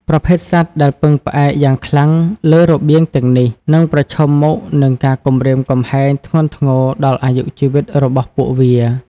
ប្រភេទសត្វដែលពឹងផ្អែកយ៉ាងខ្លាំងលើរបៀងទាំងនេះ នឹងប្រឈមមុខនឹងការគំរាមកំហែងធ្ងន់ធ្ងរដល់អាយុជីវិតរបស់ពួកវា។